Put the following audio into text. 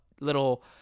little